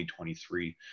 2023